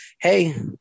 Hey